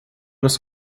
nos